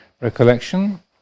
recollection